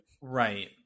Right